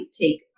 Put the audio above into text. take